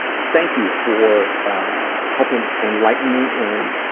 thank you for helping enlighten me in,